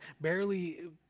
barely